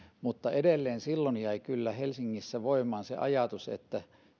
mutta edelleen silloin jäi kyllä helsingissä voimaan se ajatus että